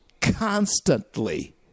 constantly